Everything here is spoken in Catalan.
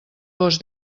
gos